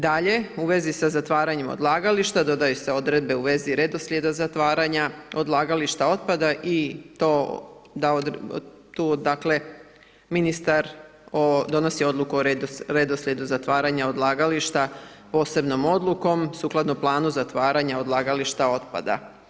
Dalje, u vezi sa zatvaranjem odlagališta dodaju se odredbe u vezi redoslijeda zatvaranja odlagališta otpada i to, da tu dakle, ministar donosi odluku o redoslijedu zatvaranja odlagališta posebnom odlukom sukladno planu zatvaranja odlagališta otpada.